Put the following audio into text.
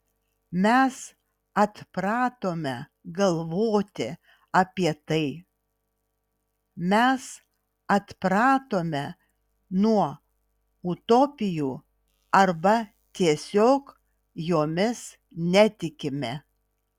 mes atpratome galvoti apie tai mes atpratome nuo utopijų arba tiesiog jomis netikime